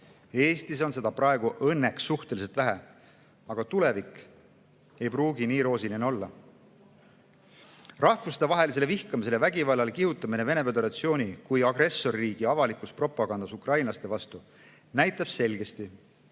Eestis on seda praegu õnneks suhteliselt vähe, aga tulevik ei pruugi olla nii roosiline. Rahvustevahelisele vihkamisele ja vägivallale kihutamine Vene Föderatsiooni kui agressorriigi avalikus propagandas ukrainlaste vastu näitab selgesti,